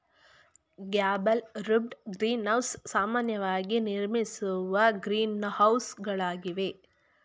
gable roofed greenhouse ಸಾಮಾನ್ಯವಾಗಿ ನಿರ್ಮಿಸುವ ಗ್ರೀನ್ಹೌಸಗಳಾಗಿವೆ